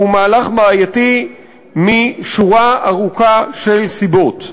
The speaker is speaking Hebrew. הוא מהלך בעייתי משורה ארוכה של סיבות.